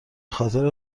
خاطر